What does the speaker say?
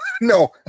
No